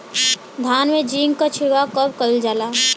धान में जिंक क छिड़काव कब कइल जाला?